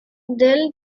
del